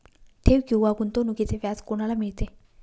ठेव किंवा गुंतवणूकीचे व्याज कोणाला मिळते?